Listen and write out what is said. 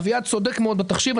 אביעד צודק מאוד בתחשיב.